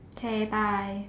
okay bye